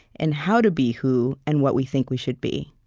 and how to be who and what we think we should be.